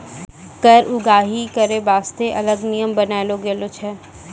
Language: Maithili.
कर उगाही करै बासतें अलग नियम बनालो गेलौ छै